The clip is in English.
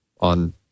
on